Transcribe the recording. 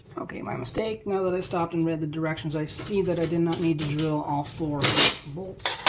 okay my mistake. now that i stopped and read the directions i see that i did not need to drill all four bolts.